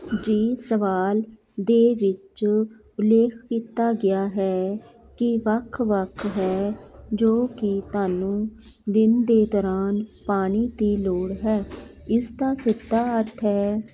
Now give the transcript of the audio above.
ਜੀ ਸਵਾਲ ਦੇ ਵਿੱਚ ਉਲੇਖ ਕੀਤਾ ਗਿਆ ਹੈ ਕੀ ਵੱਖ ਵੱਖ ਹੈ ਜੋ ਕੀ ਧਾਨੂੰ ਦਿਨ ਦੇ ਦੌਰਾਨ ਪਾਣੀ ਦੀ ਲੋੜ ਹੈ ਇਸ ਦਾ ਸਿੱਧਾ ਅਰਥ ਹੈ